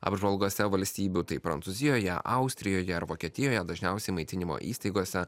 apžvalgose valstybių tai prancūzijoje austrijoje ar vokietijoje dažniausiai maitinimo įstaigose